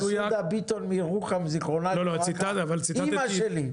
מסעודה ביטון מירוחם זיכרונה לברכה אמא שלי.